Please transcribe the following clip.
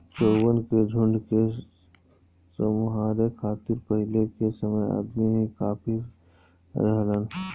चउवन के झुंड के सम्हारे खातिर पहिले के समय अदमी ही काफी रहलन